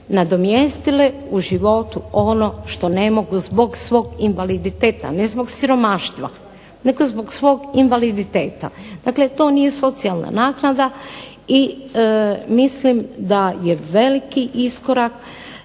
nadomjestile u životu ono što ne mogu zbog svog invaliditeta, a ne zbog siromaštva nego zbog svog invaliditeta. Dakle, to nije socijalna naknada i mislim da je veliki iskorak